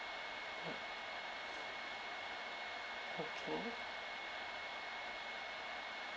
okay